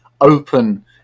open